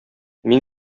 мин